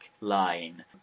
line